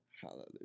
Hallelujah